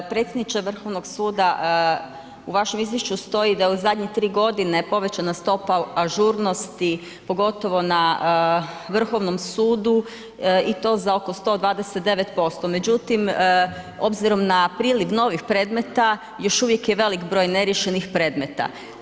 Predsjedniče Vrhovnog suda u vašem izvješću stoji da je u zadnje tri godine povećana stopa ažurnosti pogotovo na Vrhovnom sudu i to za oko 129%, međutim obzirom na priliv novih predmeta još uvijek je velik broj neriješenih predmeta.